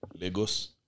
Lagos